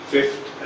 Fifth